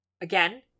again